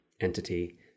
entity